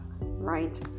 right